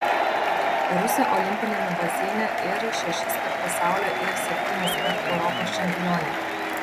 rusė olimpiniame baseine ir šešiskart pasaulio ir septyniskart europos čempionė